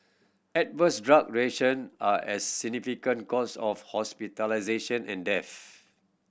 adverse drug reaction are as significant cause of hospitalisation and deaths